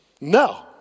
No